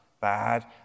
bad